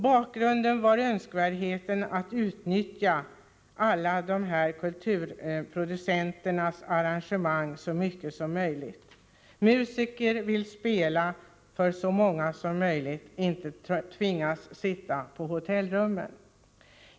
Bakgrunden var önskvärdheten att utnyttja alla dessa kulturproducenters arrangemang så mycket som möjligt. Musiker vill spela för så många som möjligt — inte tvingas sitta på hotellrummen.